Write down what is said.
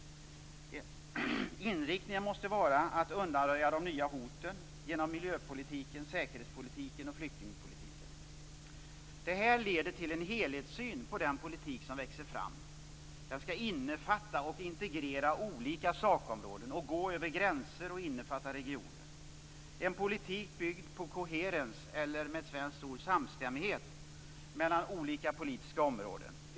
Inriktningen måste vara att genom miljöpolitiken, säkerhetspolitiken och flyktingpolitiken undanröja de nya hoten. Det här leder till en helhetssyn på den politik som växer fram. Den skall innefatta och integrera olika sakområden, gå över gränser och innefatta regioner. Det är en politik byggd på koherens eller, med ett vanligare svenskt ord, samstämmighet mellan olika politiska områden.